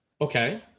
Okay